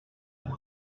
luck